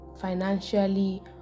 Financially